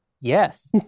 yes